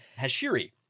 Hashiri